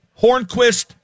Hornquist